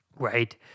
Right